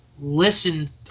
listen